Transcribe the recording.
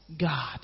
God